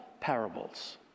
parables